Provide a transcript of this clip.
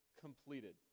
completed